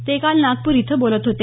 ते काल नागपूर इथं बोलत होते